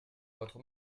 votre